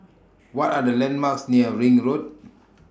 What Are The landmarks near Ring Road